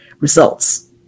results